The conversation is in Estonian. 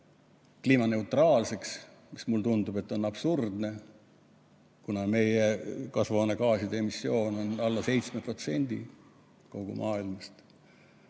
kliimaneutraalseks. See tundub mulle absurdne, kuna meie kasvuhoonegaaside emissioon on alla 7% kogu maailmas.